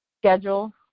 schedule